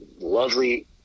lovely